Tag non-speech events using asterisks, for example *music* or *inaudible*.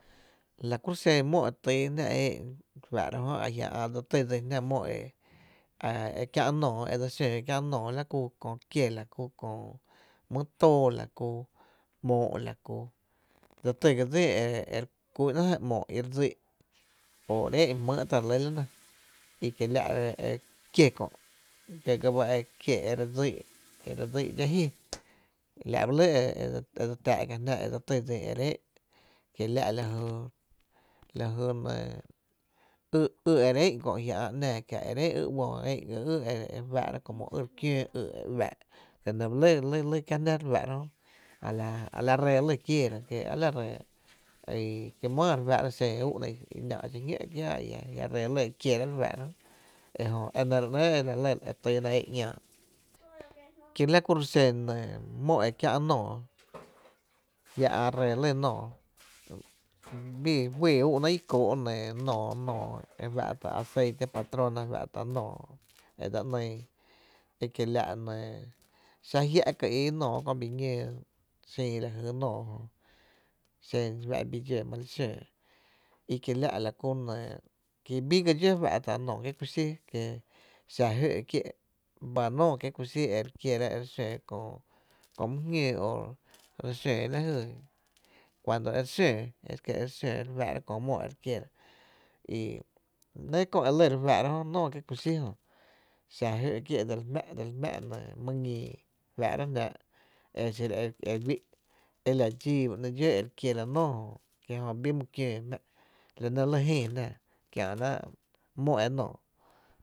La ku xen mó e tyyna jná e éé’n re fáá’ra jö a jia’ ä’ dse ty dsin jná mó e kiä’ nóoó e dse xǿǿ kiä’ nóoó la ku köö kie la ku köö my tóo la ku ‘moo’ la ku dse tý ga dsín e re ku´’na jan ‘moo’ ire dsíí’ o re éé’n jmý’ te re lɇ la nɇ i kiela’ kié kö’ dxó ga ba kié e re dsíí, e re dsíí dxáá’ ji, la’ ba lɇ e dse tý dsím jná e re éé’n kiela’ laju nɇɇ, lajy ý e re éé’n kö’ a jia’ ä’ ‘náá kiáá e re éé’n y uó, náá ga kiáá la e re fáá’ra como pý e re kióó y e uⱥⱥ’ la nɇ ba lɇ *hesitation* lɇ, kiáá jná re fáá’ra jönɇ a la ree lɇ kiééra, ki máá re fáá’ra xen ú’na i náá’ xoñó’ kiáá a jia’ ree lɇ e kiera re fáá’ra jö ejö, enɇ ro ‘néé’ a la lɇ e tyy na éé’ ‘ñaa ki la kuro’ xen mó e kiä’ nóoó a jia’ ä’ ree lɇ nóoó bi juý’ ú’náá’ i kóo’ nóoó *hesitation* nóoó e fa’tá’ aceite patrona fa´tá’ nóoó e dsa ‘nyy ekiela’ enɇɇ e xa njia’ ka’ ii nóoó kö bii ñooi xin lajy nóoó jö xen i fá’ bii dxó ma li xóo i kiela’ la ku nɇɇ ki bii ga dxó fa’ ta nóoó kiee’ kuxí kie xa jö’ kie’ ba nóo kiee’ kuxí e re kiera ere xóo köö, köö my jñóó o re xóó lajy cuando ere xóó e re xóó re fáá’ra köö mó e re kiera i ‘néé köö lɇ re fáá’ra jö nɇ nóoó kiee’ kuxí jö xa jö’ kié’ dse li jmá’ nɇɇ my ñii fáá’ra’ jnáá’ exiro e guuí’ e la dxíí ba nɇ’ dxó e re kiera nóoó jö, ki jö bii my kióo jmá’, la nɇ lɇ e Jïï jná kiä’ nóoó.